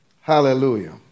Hallelujah